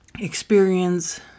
experience